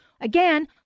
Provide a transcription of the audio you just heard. Again